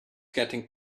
getting